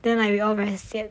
then we like we all very scared